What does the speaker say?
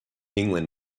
england